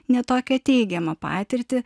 ne tokią teigiamą patirtį